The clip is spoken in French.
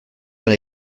dans